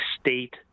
state—